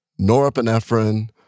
norepinephrine